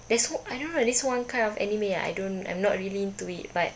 there's one I don't know there's one kind of anime I don't I'm not really into it but